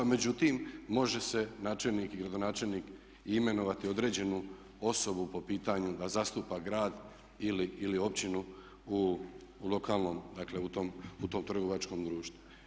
Međutim, može se načelnik i gradonačelnik i imenovati određenu osobu po pitanju da zastupa grad ili općinu u lokalnom, dakle u tom trgovačkom društvu.